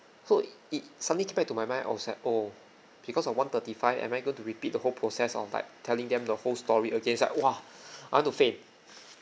so it suddenly came back to my mind I was like oh because of one thirty five am I going to repeat the whole process of like telling them the whole story again it's like !wah! I want to faint